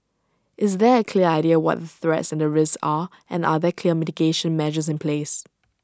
is there A clear idea what the threats and the risks are and are there clear mitigation measures in place